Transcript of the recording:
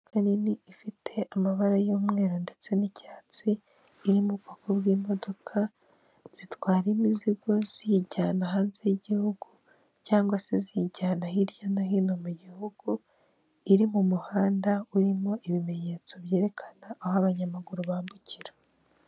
Icyangombwa cyerekana ibigomba kwishyurwa hakurikijwe amategeko cy'urwego rushinzwe imisoro n'amahoro mu Rwanda, Rwanda reveni otoriti.